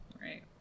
Right